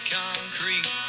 concrete